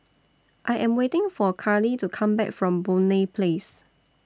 I Am waiting For Carley to Come Back from Boon Lay Place